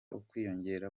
ukwiyongera